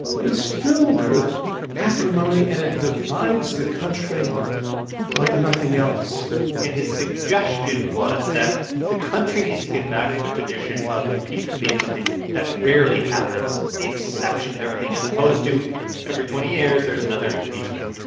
but it's filled with acrimony, and it divides the country like nothing else and his suggestion was that the country needs to get back to their tradition of impeachment being something that rarely happens. it's the exception to everything, as opposed to every twenty years, there's another impeachment.